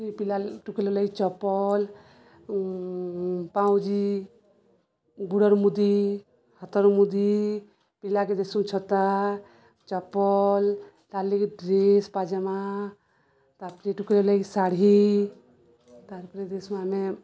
ପିଲା ଟୁକେଲର ଲାଗି ଚପଲ ପାଉଁଜି ଗୁଡ଼ର ମୁଦି ହାତର ମୁଦି ପିଲାକେ ଦେସୁଁ ଛତା ଚପଲ ତାର୍ ଲାଗି ଡ୍ରେସ ପାଇଜାମା ତାପରେ ଟୁକେଲର ଲାଗି ଶାଢ଼ୀ ତାପରେ ଦେସୁଁ ଆମେ